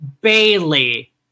Bailey